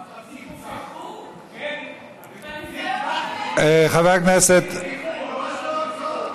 מהמשפחה שלי נרצחו על ידי,